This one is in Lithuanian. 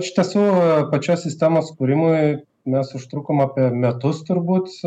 iš tiesų pačios sistemos kūrimui mes užtrukom apie metus turbūt